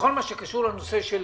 בכל מה שקשור לנושא של